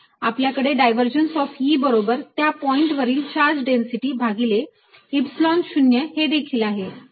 आपल्याकडे divergence of E बरोबर त्या पॉईंट वरील चार्ज डेन्सिटी भागिले epsilon 0 हे देखील आहे